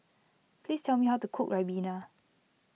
please tell me how to cook Ribena